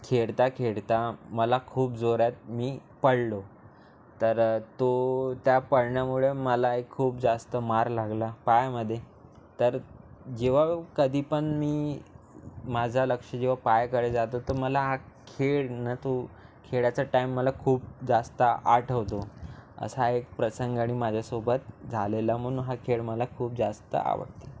खेळता खेळता मला खूप जोरात मी पडलो तर तो त्या पडण्यामुळं मला एक खूप जास्त मार लागला पायामध्ये तर जेव्हा कधी पण मी माझं लक्ष जेव्हा पायाकडे जातं तर मला आ खेळ ना तू खेळाचा टाईम मला खूप जास्त आठवतो असा एक प्रसंगणी माझ्यासोबत झालेला म्हणून हा खेळ खूप जास्त आवडतो